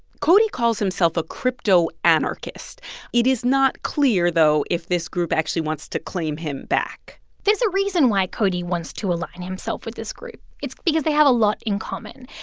cody calls himself a crypto-anarchist. it is not clear, though, if this group actually wants to claim him back there's a reason why cody wants to align himself with this group. it's because they have a lot in common.